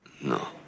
No